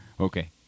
Okay